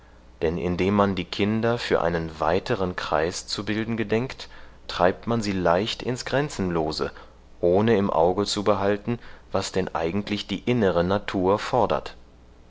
denn indem man die kinder für einen weiteren kreis zu bilden gedenkt treibt man sie leicht ins grenzenlose ohne im auge zu behalten was denn eigentlich die innere natur fordert